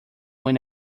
when